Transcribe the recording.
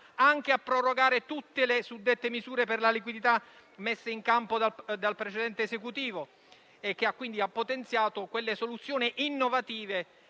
anche a prorogare tutte le suddette misure per la liquidità messe in campo dal precedente Esecutivo e che ha potenziato quelle soluzioni innovative